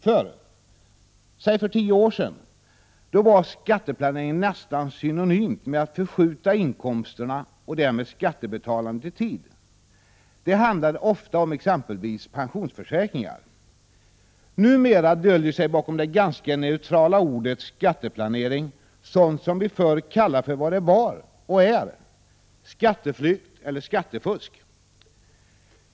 Förr, för omkring tio år sedan, var skatteplanering nästan synonymt med att förskjuta inkomsterna och därmed skattebetalandet i tid. Det handlade ofta om exempelvis pensionsförsäkringar. Numera döljer sig bakom det ganska neutrala ordet skatteplanering sådant som vi förr kallade för vad det var och är — skatteflykt eller skattefusk.